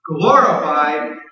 glorified